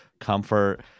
comfort